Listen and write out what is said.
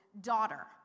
daughter